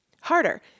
harder